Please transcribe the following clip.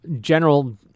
general